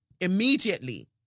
immediately